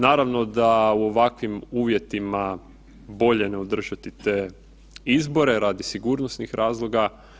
Naravno da u ovakvim uvjetima bolje ne održati te izbore radi sigurnosnih razloga.